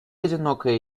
одинокая